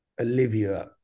Olivia